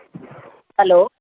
hello